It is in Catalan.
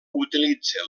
utilitza